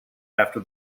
after